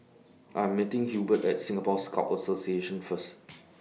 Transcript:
I'm meeting Hubert At Singapore Scout Association First